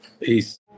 peace